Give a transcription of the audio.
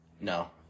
No